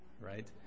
right